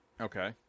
Okay